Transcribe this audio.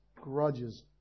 grudges